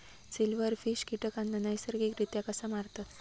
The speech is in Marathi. सिल्व्हरफिश कीटकांना नैसर्गिकरित्या कसा मारतत?